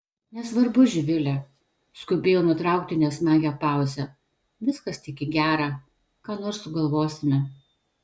nesvarbu živile skubėjo nutraukti nesmagią pauzę viskas tik į gera ką nors sugalvosime